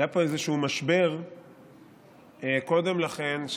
היה פה איזשהו משבר קודם לכן,